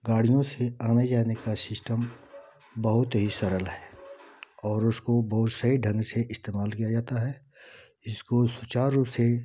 गाड़ियों से आने जाने का सिस्टम बहुत ही सरल है और उसको बहुत सही ढंग से इस्तेमाल किया जाता है इसको सुचारु रूप से